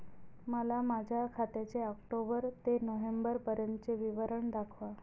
मला माझ्या खात्याचे ऑक्टोबर ते नोव्हेंबर पर्यंतचे विवरण दाखवा